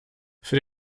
für